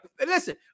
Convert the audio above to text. listen